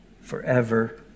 forever